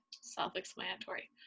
self-explanatory